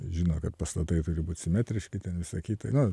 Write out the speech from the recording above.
žino kad pastatai turi būt simetriški ten visa kita nu